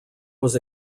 was